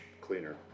cleaner